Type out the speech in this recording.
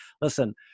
Listen